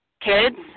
kids